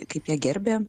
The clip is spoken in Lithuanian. kaip ją gerbė